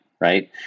right